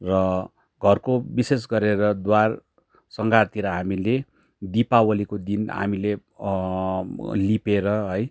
र घरको विशेष गरेर द्वार सङ्घारतिर हामीले दिपावालीको दिन हामीले लिपेर है